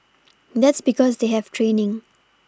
that's because they have training